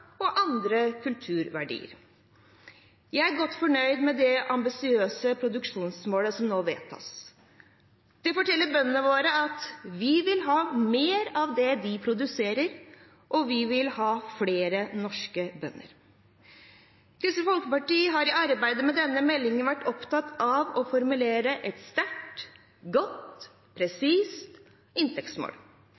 og andre kulturverdier. Jeg er godt fornøyd med det ambisiøse produksjonsmålet som nå vedtas. Det forteller bøndene våre at vi vil ha mer av det de produserer, og vi vil ha flere norske bønder. Kristelig Folkeparti har i arbeidet med denne meldingen vært opptatt av å formulere et sterkt, godt